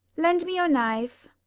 lend me your knife.